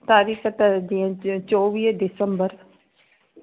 तारीख़ त जीअं जी चोवीह दिसंबर